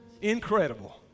Incredible